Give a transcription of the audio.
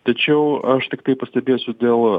tačiau aš tiktai pastebėsiu dėl